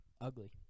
Ugly